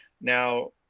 now